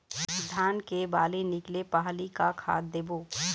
धान के बाली निकले पहली का खाद देबो?